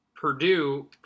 Purdue